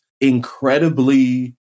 incredibly